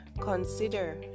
Consider